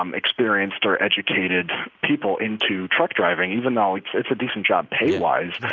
um experienced or educated people into truck driving, even though it's it's a decent job pay-wise.